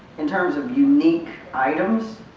in terms of unique items,